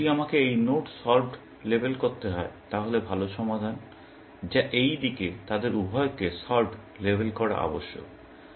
যদি আমাকে এই নোড সল্ভড লেবেল করতে হয় তাহলে ভাল সমাধান যা এই দিকে তাদের উভয়কে সল্ভড লেবেল করা আবশ্যক